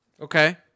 Okay